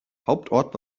hauptort